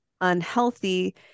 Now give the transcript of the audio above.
unhealthy